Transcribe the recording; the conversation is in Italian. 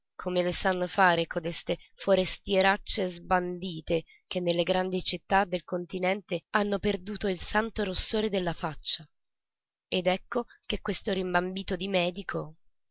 come le sanno fare codeste forestieracce sbandite che nelle grandi città del continente hanno perduto il santo rossore della faccia ed ecco che questo rimbambito di medico